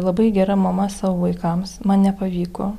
labai gera mama savo vaikams man nepavyko